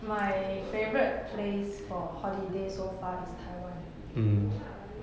my favourite place for holiday so far is taiwan